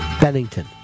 Bennington